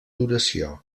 duració